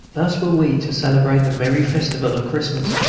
thus were we to celebrate the merry festival of christmas.